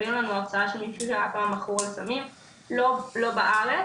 תביאו לנו הרצאה על סמים לא בארץ,